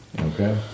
Okay